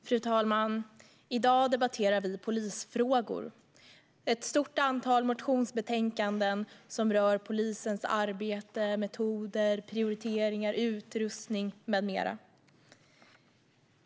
Fru talman! I dag debatterar vi polisfrågor - ett stort antal motionsbetänkanden som rör polisens arbete, metoder, prioriteringar, utrustning med mera.